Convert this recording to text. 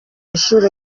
nshuro